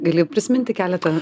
gali prisiminti keletą